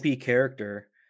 character